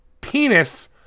penis